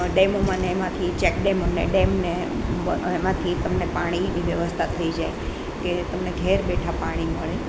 ડેમોમાંને એમાંથી check dam અને ડેમને એમાંથી તમને પાણીની વ્યવસ્થા થઈ જાય કે તમને ઘરે બેઠા પાણી મળે